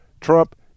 Trump